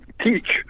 teach